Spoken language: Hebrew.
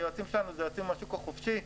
היועצים שלנו זה יועצים מהשוק החופשי,